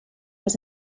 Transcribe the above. was